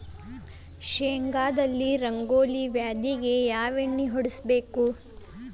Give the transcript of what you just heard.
ಶೇಂಗಾದಲ್ಲಿ ರಂಗೋಲಿ ವ್ಯಾಧಿಗೆ ಯಾವ ಎಣ್ಣಿ ಹೊಡಿಬೇಕು?